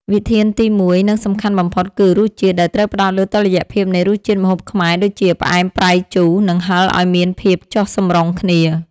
វិធានទីមួយ និងសំខាន់បំផុតគឺ រសជាតិ ដែលត្រូវផ្ដោតលើតុល្យភាពនៃរសជាតិម្ហូបខ្មែរដូចជា ផ្អែម ប្រៃ ជូរ និងហឹរឱ្យមានភាពចុះសម្រុងគ្នា។